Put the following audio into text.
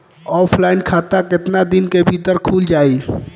Offline खाता केतना दिन के भीतर खुल जाई?